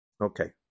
Okay